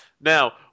Now